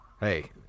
Hey